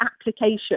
application